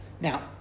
Now